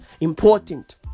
important